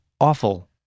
awful